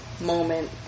moment